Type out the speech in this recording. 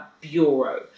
bureau